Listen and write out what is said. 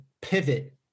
pivot